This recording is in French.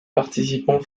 participants